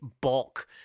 bulk